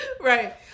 right